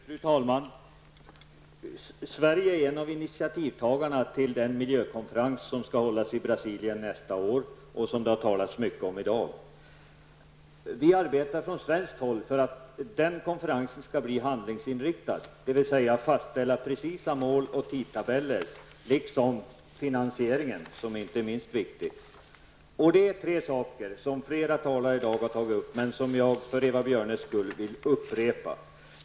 Fru talman! Sverige är en av initativtagarna till den miljökonferens som skall hållas i Brasilien nästa år och som det har talats mycket om här i dag. Vi från svenskt håll arbetar för att denna konferens skall bli handlingsinriktad, dvs. att den skall fastställa precisa mål, tidtabeller och finansiering, någonting som inte är minst viktigt. Det är tre frågor som flera talare har tagit upp i dag, men som jag vill upprepa för Eva Björnes skull.